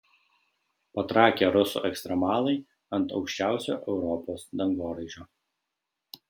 patrakę rusų ekstremalai ant aukščiausio europos dangoraižio